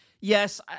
yes